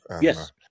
Yes